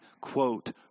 quote